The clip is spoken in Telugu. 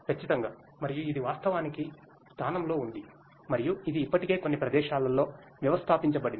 ఖచ్చితంగా మరియు ఇది వాస్తవానికి స్థానంలో ఉంది మరియు ఇది ఇప్పటికే కొన్ని ప్రదేశాలలో వ్యవస్థాపించబడింది